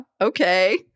Okay